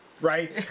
right